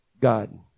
God